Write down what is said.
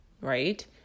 right